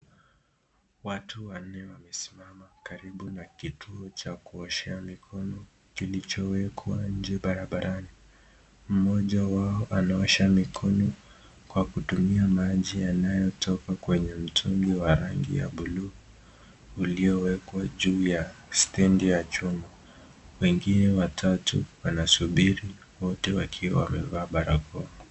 Watu wanne wamesimama karibu na kituo cha kuoshea mikono kilichowekwa nje barabarani, mmoja wao anaosha mikono kwa kutumia maji yanayotoka kwenye mtungi wa rangi ya buluu uliowekwa juu ya stendi ya chuma. Wengine watatu wanasubiri wote wakiwa wamevaa barakoa.